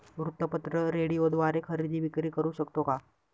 वृत्तपत्र, रेडिओद्वारे खरेदी विक्री करु शकतो का?